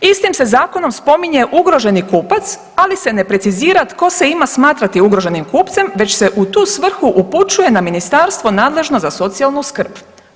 Istim se zakonom spominje ugroženi kupac, ali se ne precizira tko se ima smatrati ugroženim kupcem, već se u tu svrhu upućuje na ministarstvo nadležno za socijalnu skrb.